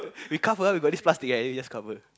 we cover got this plastic right then you just cover